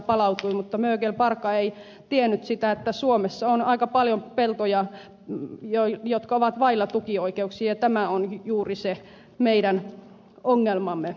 mutta mögele parka ei tiennyt sitä että suomessa on aika paljon peltoja jotka ovat vailla tukioikeuksia ja tämä on juuri se meidän ongelmamme